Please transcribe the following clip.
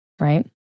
Right